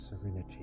serenity